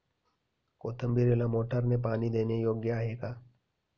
कोथिंबीरीला मोटारने पाणी देणे योग्य आहे का?